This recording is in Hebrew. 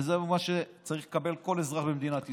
וזה מה שצריך לקבל כל אזרח במדינת ישראל.